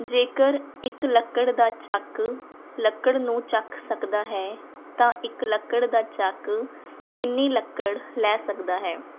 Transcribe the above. ਜੇਕਰ ਇੱਕ ਲੱਕੜ ਦਾ ਚੱਕ ਲੱਕੜ ਨੂੰ ਚੱਕ ਸਕਦਾ ਹੈ ਤਾਂ ਇੱਕ ਲੱਕੜ ਦਾ ਚੱਕ ਕਿੰਨੀ ਲੱਕੜ ਲੈ ਸਕਦਾ ਹੈ